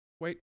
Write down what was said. wait